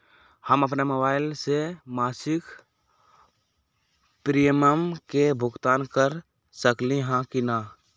हम अपन मोबाइल से मासिक प्रीमियम के भुगतान कर सकली ह की न?